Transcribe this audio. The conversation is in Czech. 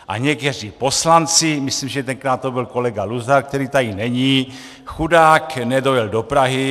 A někteří poslanci myslím, že tenkrát to byl kolega Luzar, který tady není, chudák nedojel do Prahy.